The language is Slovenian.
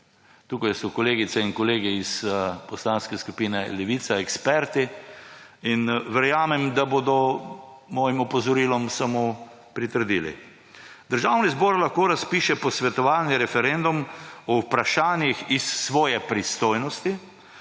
Tukaj so kolegice in kolegi iz Poslanske skupine Levica eksperti in verjamem, da bodo mojim opozorilom samo pritrdili. Državni zbor lahko razpiše posvetovalni referendum o vprašanjih iz svoje pristojnosti,